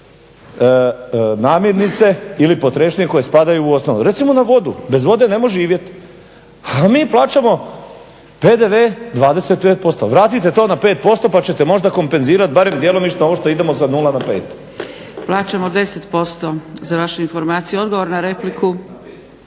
namirnice ili potrepštine koje spadaju u osnovne. Recimo na vodu, bez vode ne možeš živjeti. A mi plaćamo PDV 25%. Vratite to na 5% pa ćete možda kompenzirati barem djelomično ovo što idemo sa 0 na 5. **Zgrebec, Dragica (SDP)** Plaćamo 10%, za vašu informaciju. Odgovor na repliku,